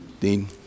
Dean